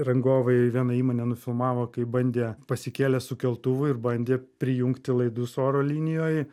rangovai viena įmonė nufilmavo kaip bandė pasikėlė su keltuvu ir bandė prijungti laidus oro linijoj